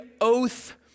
oath